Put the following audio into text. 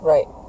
Right